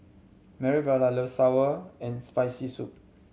Marybelle loves sour and Spicy Soup